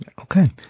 Okay